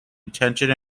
attention